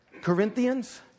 Corinthians